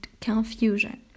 confusion